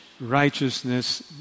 righteousness